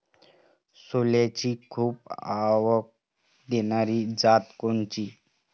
सोल्याची खूप आवक देनारी जात कोनची?